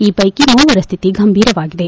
ಈ ಪ್ಲೆಕಿ ಮೂವರ ಸ್ಥಿತಿ ಗಂಭೀರವಾಗಿದೆ